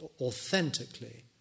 authentically